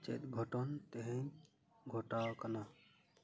ᱪᱮᱫ ᱜᱷᱚᱴᱚᱱ ᱛᱮᱦᱮᱧ ᱜᱷᱚᱴᱟᱣᱟᱠᱟᱱᱟ